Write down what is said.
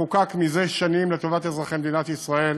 שחוקק מזה שנים לטובת אזרחי מדינת ישראל.